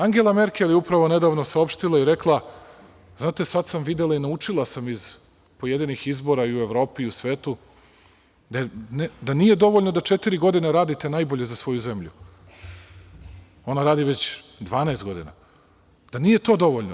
Angela Merkel je nedavno saopštila i rekla – sada sam videla i naučila sam iz pojedinih izbora i u Evropi i u svetu da nije dovoljno da četiri godine radite najbolje za svoju zemlju, a ona radi već 12 godina, da nije to dovoljno.